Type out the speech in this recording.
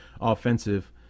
offensive